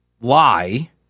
lie